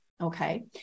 okay